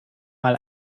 mal